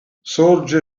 sorge